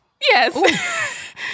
Yes